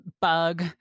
bug